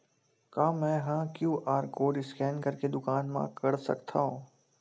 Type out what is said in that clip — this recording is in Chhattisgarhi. का मैं ह क्यू.आर कोड स्कैन करके दुकान मा कर सकथव?